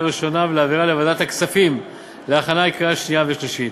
הראשונה ולהעבירה לוועדת הכספים להכנה לקריאה שנייה ושלישית.